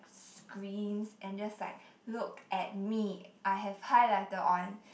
screens and just like look at me I have highlighter on